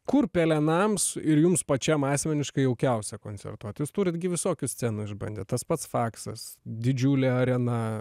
kur pelenams ir jums pačiam asmeniškai jaukiausia koncertuot jūs turit gi visokių scenų išbandėt tas pats faksas didžiulė arena